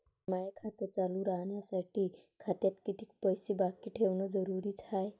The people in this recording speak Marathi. माय खातं चालू राहासाठी खात्यात कितीक पैसे बाकी ठेवणं जरुरीच हाय?